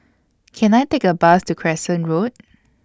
Can I Take A Bus to Crescent Road